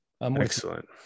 Excellent